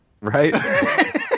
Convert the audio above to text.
Right